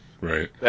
Right